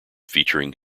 featuring